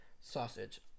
Sausage